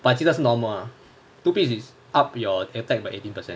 but 这个 is normal ah two piece is up your attack by eighteen percent